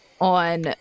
on